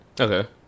Okay